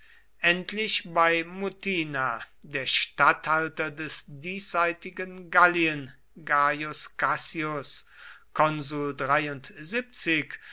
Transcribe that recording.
endlich bei mutina der statthalter des diesseitigen gallien gaius cassius